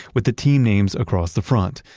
with the team names across the front.